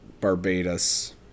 Barbados